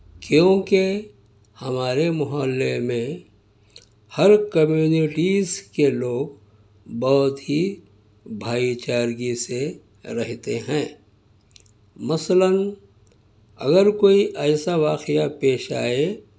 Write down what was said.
کیونکہ ہمارے محلے میں ہر کمیونٹیز کے لوگ بہت ہی بھائی چارگی سے رہتے ہیں مثلاً اگر کوئی ایسا واقعہ پیش آئے